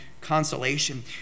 consolation